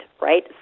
right